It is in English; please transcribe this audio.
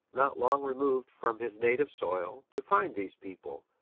not long removed from his native soil, to find these people,